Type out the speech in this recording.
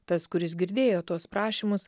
tas kuris girdėjo tuos prašymus